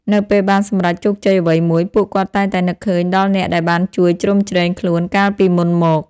នៅពេលបានសម្រេចជោគជ័យអ្វីមួយ ពួកគាត់តែងតែនឹកឃើញដល់អ្នកដែលបានជួយជ្រោមជ្រែងខ្លួនកាលពីមុនមក។